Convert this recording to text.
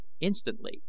Instantly